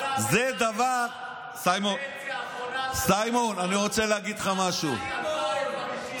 זאת קדנציה אחרונה שלך כשר עד 2050. לעולם לא תהיה שר במדינת ישראל.